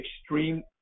extreme